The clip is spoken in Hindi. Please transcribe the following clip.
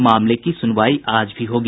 मामले की सुनवाई आज भी होगी